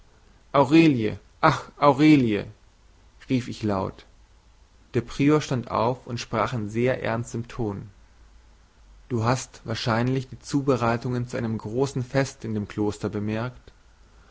aurelie ach aurelie rief ich laut der prior stand auf und sprach in sehr ernstem ton du hast wahrscheinlich die zubereitungen zu einem großen feste in dem kloster bemerkt